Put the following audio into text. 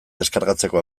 deskargatzeko